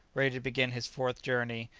ready to begin his fourth journey,